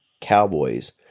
cowboys